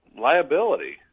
liability